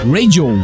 Radio